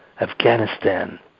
Afghanistan